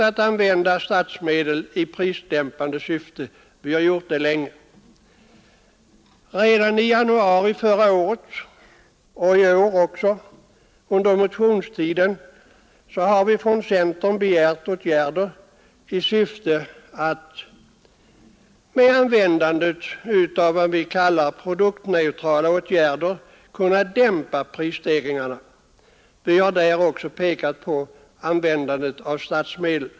Att använda statsmedel i prisdämpande syfte är ju ingen nyhet; vi har gjort det länge. Redan i januari förra året liksom i år har vi från centerns sida i motioner begärt åtgärder i syfte att med användande av s.k. produktneutrala åtgärder dämpa prisstegringarna. Därvid pekade vi också på användandet av statsmedel.